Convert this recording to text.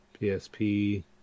PSP